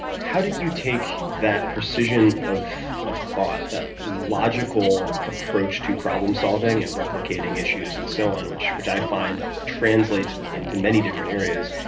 how did you take that precision of of thought, that logical approach to problem solving and replicating issues and so on, which which i find translates into many different areas,